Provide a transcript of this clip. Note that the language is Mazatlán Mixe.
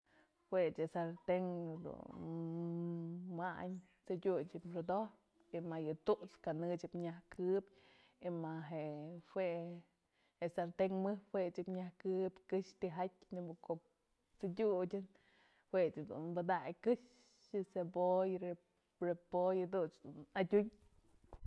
Jue ëch sarten dun wayn t'sëdyutë ji'ib xodotyëp y ma yë tu'utsën kanë ji'ib nyaj këbyë y ma je juejën sarten mëjpë jue ëch ji'ib nyak këbyë këxë tyjatyë nebyë ko'o t'sdyutë jue jedun padaky këxë, cebolla, repollo, jadun dun adyun.